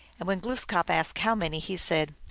and when glooskap asked how many, he said,